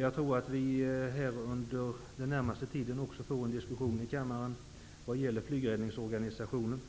Jag tror att vi inom den närmaste tiden kommer att få en diskussion här i kammaren om flygräddningsorganisationen